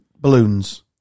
Balloons